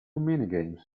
minigames